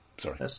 Sorry